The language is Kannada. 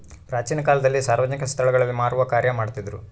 ಪ್ರಾಚೀನ ಕಾಲದಲ್ಲಿ ಸಾರ್ವಜನಿಕ ಸ್ಟಳಗಳಲ್ಲಿ ಮಾರುವ ಕಾರ್ಯ ಮಾಡ್ತಿದ್ರು